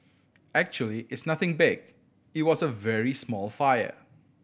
actually it's nothing big it was a very small fire